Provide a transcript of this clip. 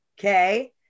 Okay